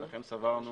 ולכן סברנו